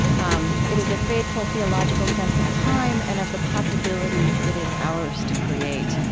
um it is a faithful, theological sense of time and of the possibilities it is ours to create,